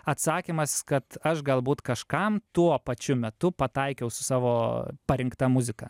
atsakymas kad aš galbūt kažkam tuo pačiu metu pataikiau su savo parinkta muzika